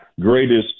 greatest